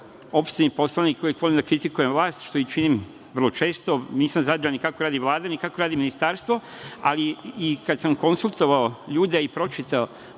opozicioni poslanik koji volim da kritikujem vlast, što činim vrlo često, jer nisam zadovoljan ni kako radi Vlada, ni kako radi ministarstvo, ali kada sam konsultovao ljude i pročitao